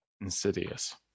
insidious